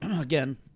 again